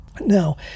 Now